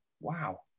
wow